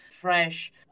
fresh